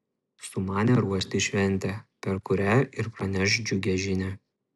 sumanė ruošti šventę per kurią ir praneš džiugią žinią